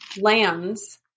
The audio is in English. lands